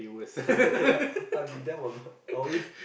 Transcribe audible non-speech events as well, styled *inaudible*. *laughs* yeah I'll be damn annoyed